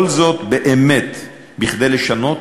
כל זאת באמת כדי לשנות